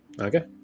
Okay